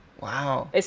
Wow